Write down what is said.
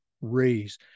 Raise